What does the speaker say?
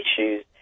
issues